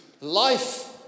Life